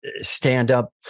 stand-up